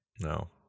No